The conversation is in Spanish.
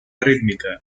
rítmica